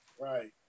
Right